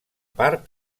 part